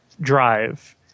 Drive